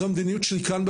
זאת המדיניות שלי כאן,